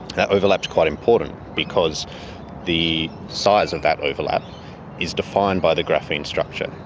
that overlap is quite important because the size of that overlap is defined by the graphene structure.